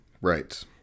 right